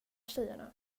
tjejerna